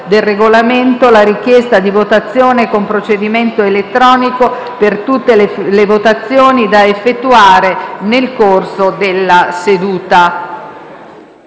del Regolamento, la richiesta di votazione con procedimento elettronico per tutte le votazioni da effettuare nel corso della seduta.